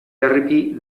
garbi